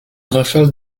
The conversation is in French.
rafale